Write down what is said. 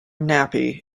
nappy